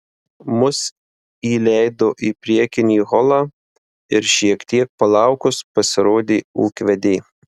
mus įleido į priekinį holą ir šiek tiek palaukus pasirodė ūkvedė